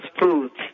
foods